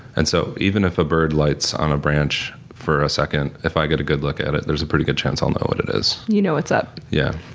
and so even if a bird lights on a branch for a second, if i get a good look at it there's a pretty good chance i'll know what it is. you know what's up. yeah.